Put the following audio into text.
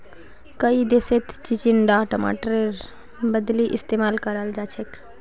कई देशत चिचिण्डा टमाटरेर बदली इस्तेमाल कराल जाछेक